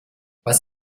was